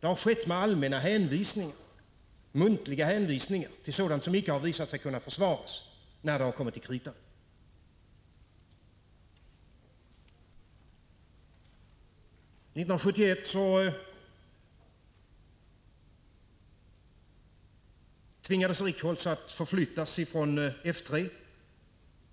Det har skett efter allmänna och muntliga hänvisningar till sådant som icke har visat sig kunna försvaras när det har kommit till kritan. År 1971 tvingades Lennart Richholtz att flytta från F 3,